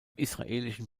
israelischen